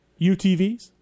UTVs